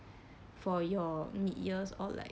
for your mid years or like